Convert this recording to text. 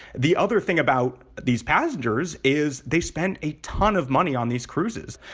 the other thing about these passengers is they spent a ton of money on these cruises.